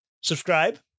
subscribe